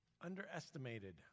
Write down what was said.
underestimated